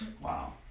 Wow